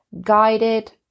guided